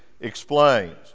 explains